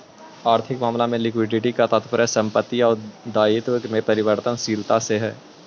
आर्थिक मामला में लिक्विडिटी के तात्पर्य संपत्ति आउ दायित्व के परिवर्तनशीलता से हई